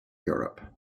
europe